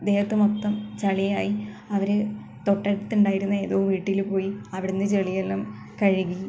ദേഹത്ത് മൊത്തം ചളിയായി അവർ തൊട്ടടുത്ത് ഉണ്ടായിരുന്ന ഏതോ വീട്ടിൽ പോയി അവിടെനിന്ന് ചെളിയെല്ലാം കഴുകി